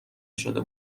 شده